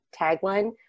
tagline